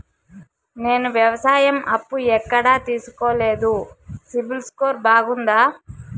నేను వ్యవసాయం అప్పు ఎక్కడ తీసుకోలేదు, సిబిల్ స్కోరు బాగుందా?